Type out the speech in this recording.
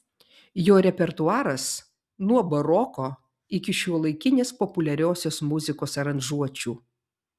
jo repertuaras nuo baroko iki šiuolaikinės populiariosios muzikos aranžuočių